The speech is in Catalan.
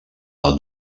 del